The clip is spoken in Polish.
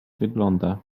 wygląda